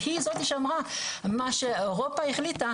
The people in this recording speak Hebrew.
היא זו שאמרה מה שאירופה החליטה,